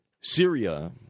Syria